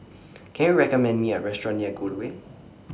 Can YOU recommend Me A Restaurant near Gul Way